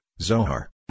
Zohar